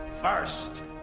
First